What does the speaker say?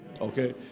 Okay